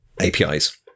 APIs